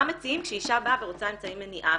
מציעים כשאישה באה ורוצה אמצעי מניעה.